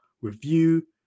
review